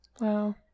Wow